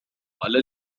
على